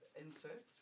inserts